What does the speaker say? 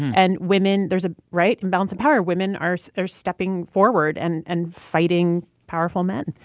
and women there's a right? imbalance of power. women are so are stepping forward and and fighting powerful men,